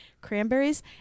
cranberries